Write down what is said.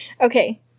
Okay